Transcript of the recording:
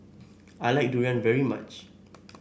I like Durian very much